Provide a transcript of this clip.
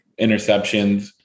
interceptions